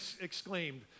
exclaimed